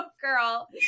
girl